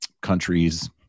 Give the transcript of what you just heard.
countries